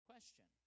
Question